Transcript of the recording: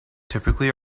typically